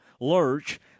lurch